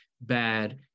bad